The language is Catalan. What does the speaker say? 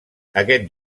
aquest